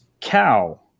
cow